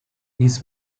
his